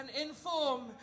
inform